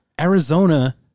Arizona